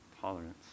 tolerance